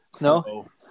No